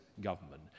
government